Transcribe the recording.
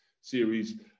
series